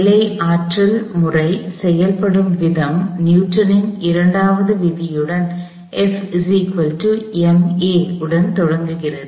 வேலை ஆற்றல் முறை செயல்படும் விதம் நியூட்டனின் இரண்டாவது விதியுடன் தொடங்குகிறது